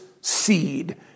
seed